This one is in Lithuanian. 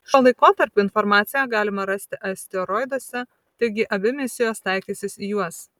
šio laikotarpio informaciją galima rasti asteroiduose taigi abi misijos taikysis į juos